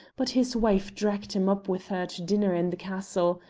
but his wife dragged him up with her to dinner in the castle.